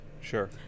Sure